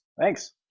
Thanks